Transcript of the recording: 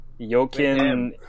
Yokin